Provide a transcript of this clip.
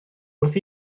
wrth